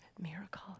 miracle